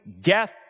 death